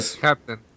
Captain